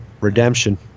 Redemption